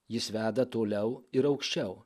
jis veda toliau ir aukščiau